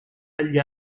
agli